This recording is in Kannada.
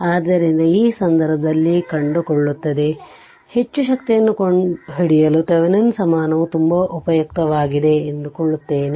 ಆದ್ದರಿಂದ ಈ ಸಂದರ್ಭದಲ್ಲಿ ಕಂಡುಕೊಳ್ಳುತ್ತದೆ ಹೆಚ್ಚು ಶಕ್ತಿಯನ್ನು ಕಂಡುಹಿಡಿಯಲು ಥೆವೆನಿನ್ ಸಮಾನವು ತುಂಬಾ ಉಪಯುಕ್ತವಾಗಿದೆ ಎಂದು ಕಂಡುಕೊಳ್ಳುತ್ತೇವೆ